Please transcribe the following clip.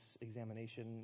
examination